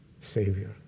Savior